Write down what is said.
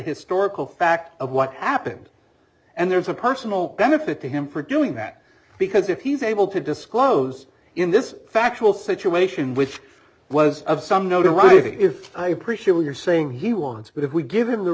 historical facts of what happened and there's a personal benefit to him for doing that because if he's able to disclose in this factual situation which was of some notoriety if i appreciate what you're saying he wants but if we give him the